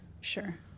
Sure